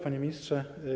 Panie Ministrze!